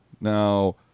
Now